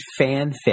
fanfic